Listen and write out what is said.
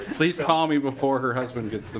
please call me before her husband gets